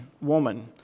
woman